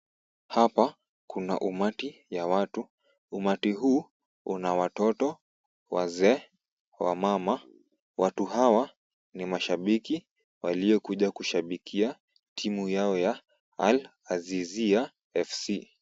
Hapa kuna umati ya watu. Umati huu una watoto, wazee, wamama . Watu hawa ni mashabiki waliokuja kushabikia timu yao ya Al-Azizia FC.